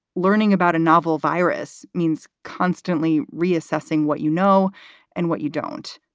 learning about a novel virus means constantly reassessing what you know and what you don't.